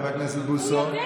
חבר הכנסת בוסו,